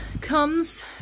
comes